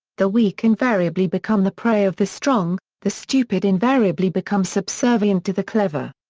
the weak invariably become the prey of the strong, the stupid invariably become subservient to the clever.